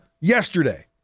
yesterday